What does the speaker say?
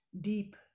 deep